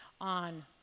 on